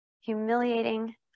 humiliating